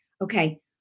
Okay